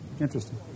Interesting